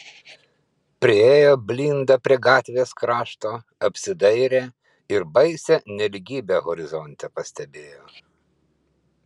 priėjo blinda prie gatvės krašto apsidairė ir baisią nelygybę horizonte pastebėjo